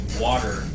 water